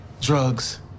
drugs